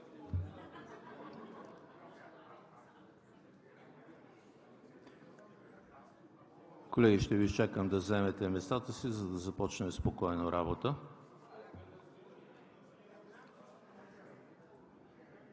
Колеги, ще Ви изчакам да заемете местата си, за да започнем спокойно работа.